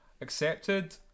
accepted